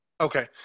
Okay